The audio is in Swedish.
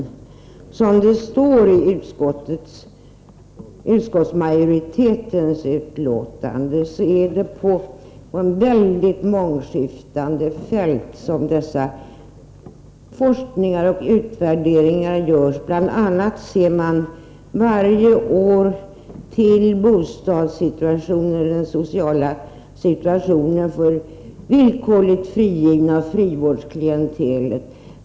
Utskottsmajoriteten skriver i betänkandet att det är på ett mycket mångskiftande fält som dessa forskningar och utvärderingar görs. Bl. a. ser man varje år till bostadssituationen och den sociala situationen för de villkorligt frigivna och för frivårdsklientelet.